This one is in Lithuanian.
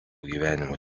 gyvenimo